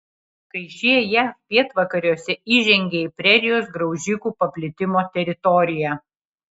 kai šie jav pietvakariuose įžengė į prerijos graužikų paplitimo teritoriją